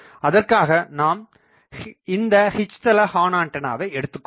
அதற்காக நாம் இந்த H தள ஹார்ன்ஆண்டனாவை எடுத்துக்கொள்வோம்